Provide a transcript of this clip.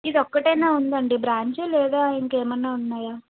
ఇది ఒక్కటేనా ఉందండి బ్రాంచ్ లేదా ఇంకేమైనా ఉన్నాయా